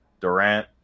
Durant